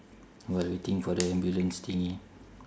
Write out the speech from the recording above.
while waiting for the ambulance thingy